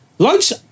Lunch